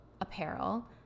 apparel